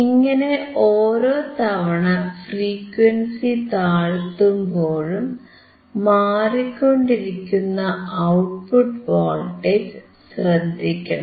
ഇങ്ങനെ ഓരോ തവണ ഫ്രീക്വൻസി താഴ്ത്തുമ്പോഴും മാറിക്കൊണ്ടിരിക്കുന്ന ഔട്ട്പുട്ട് വോൾട്ടേജ് ശ്രദ്ധിക്കണം